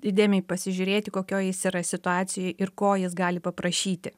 įdėmiai pasižiūrėti kokioj jis yra situacijoj ir ko jis gali paprašyti